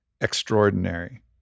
extraordinary